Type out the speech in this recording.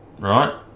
right